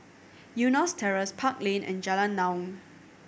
Eunos Terrace Park Lane and Jalan Naung